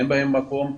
אין מקום,